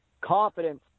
confidence